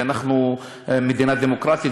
כי אנחנו מדינה דמוקרטית,